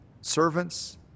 servants